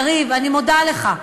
יריב, אני מודה לך.